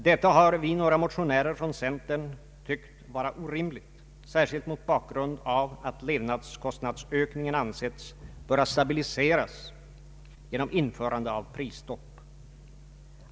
Detta har vi, några motionärer från centern, tyckt vara orimligt, särskilt mot bakgrund av att levnadskostnadsökningen ansetts böra stabiliseras genom införande av prisstopp.